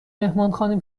مهمانخانه